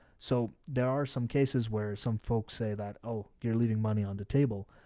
so there are some cases where some folks say that, oh, you're leaving money on the table.